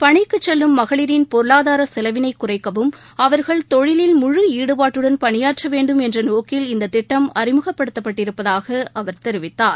பணிக்கு செல்லும் மகளிரின் பொருளாதார செலவினை குறைக்கவும் அவர்கள் தொழிலில் முழு ஈடுபாட்டுடன் பணியாற்ற வேண்டும் என்ற நோக்கில் இந்த திட்டம் அறிமுகப்படுத்தப்பட்டிருப்பதாக அவர் தெரிவித்தார்